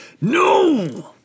No